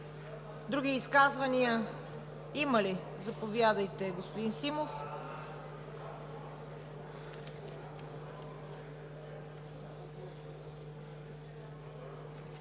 Други изказвания има ли? Заповядайте, господин Симов.